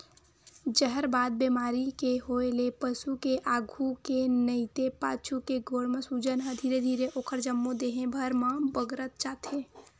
जहरबाद बेमारी के होय ले पसु के आघू के नइते पाछू के गोड़ म सूजन ह धीरे धीरे ओखर जम्मो देहे भर म बगरत जाथे